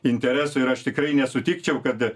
interesų ir aš tikrai nesutikčiau kad